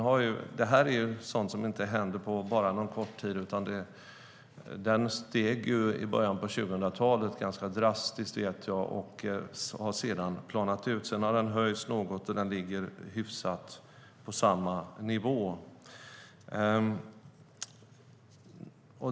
Det är sådant som inte händer på kort tid. Den steg ganska drastiskt i början av 2000-talet och planade därefter ut. Sedan har den stigit något och ligger på hyfsat samma nivå.